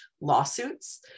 lawsuits